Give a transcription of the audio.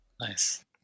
Nice